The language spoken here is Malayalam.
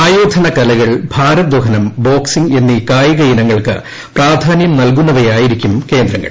ആയോധന കലകൾ ഭാരോദ്യഹനം ബോക്സിംഗ് എന്നീ കായിക ഇനങ്ങൾക്ക് പ്രാധാന്യം നൽകുന്നവയായിരിക്കും കേന്ദ്രങ്ങൾ